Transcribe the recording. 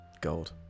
Gold